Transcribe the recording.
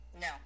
No